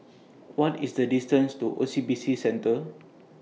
What IS The distance to O C B C Centre